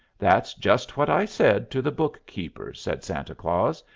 that's just what i said to the bookkeeper, said santa claus,